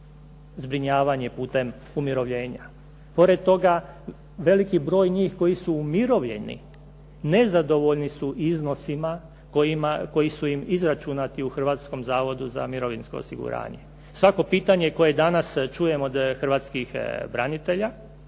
zbrinjavanje putem umirovljenja. Pored toga veliki broj njih koji su umirovljeni nezadovoljni su iznosima koji su im izračunati u Hrvatskom zavodu za mirovinsko osiguranje. Svako pitanje koje danas čujem od hrvatskih branitelja